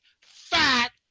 fat